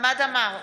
חמד עמאר,